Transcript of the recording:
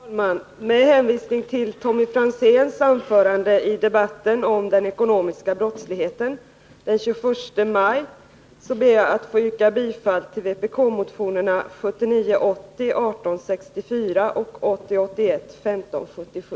Herr talman! Med hänvisning till Tommy Franzéns anförande i debatten om den ekonomiska brottsligheten den 21 maj ber jag att få yrka bifall till vpk-motionerna 1979 81:1577.